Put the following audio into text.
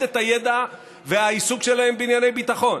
את הידע והעיסוק שלהם בענייני ביטחון,